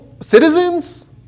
citizens